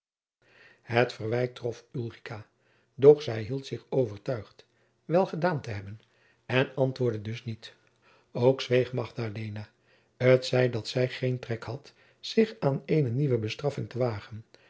het verwijt trof ulrica doch zij hield zich overtuigd wel gedaan te hebben en antwoordde dus niet ook zweeg magdalena t zij dat zij geen trek had zich aan eene nieuwe bestraffing te wagen